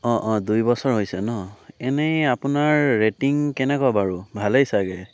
অঁ অঁ দুই বছৰ হৈছে ন' এনেই আপোনাৰ ৰেটিং কেনেকুৱা বাৰু ভালেই চাগৈ